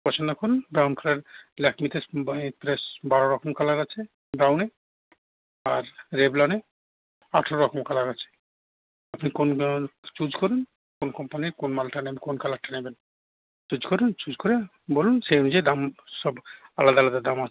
পছন্দ করুন brown colour ল্যাকমিতে মানে প্লাস বারো রকম কালার আছে ব্রাউনে আর রেভলনে আঠেরো রকম কালার আছে আপনি কোন ব্র্যান্ড চুজ করুন কোন কোম্পানির কোন মালটা নেন কোন কালারটা নেবেন চুজ করুন চুজ করে বলুন সে অনুযায়ী দাম সব আলাদা আলাদা দাম আছে